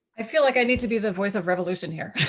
i feel like i need to be the voice of revolution here.